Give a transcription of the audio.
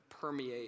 permeate